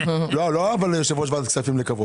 אם אני יכולה